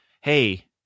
Hey